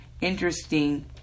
interesting